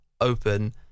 open